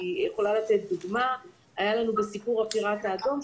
אני יכולה לתת דוגמה: בסיפור "הפיראט האדום",